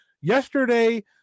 Yesterday